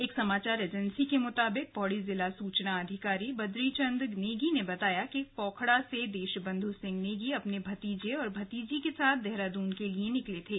एक समाचार एजेंसी के मुताबिक पौड़ी जिला सूचना अधिकारी बद्रीचन्द नेगी ने बताया कि पौखड़ा से देशबंधु सिंह नेगी अपने भतीजे और भतीजी के साथ देहरादून के लिए निकले थे